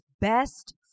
Best